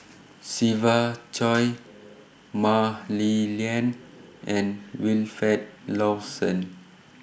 Siva Choy Mah Li Lian and Wilfed Lawson